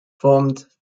formed